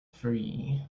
free